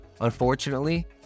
Unfortunately